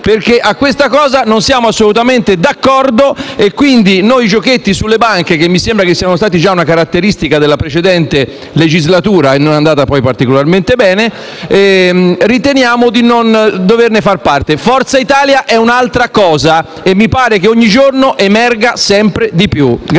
perché su questo non siamo assolutamente d'accordo e a questi giochetti sulle banche - che mi sembra siano stati già una caratteristica della precedente legislatura, che non è andata poi particolarmente bene - riteniamo di non dover partecipare. Forza Italia è un'altra cosa e mi pare che ogni giorno emerga sempre di più.